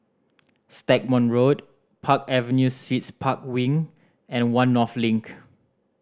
Stagmont Road Park Avenue Suites Park Wing and One North Link